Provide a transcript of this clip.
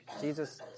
Jesus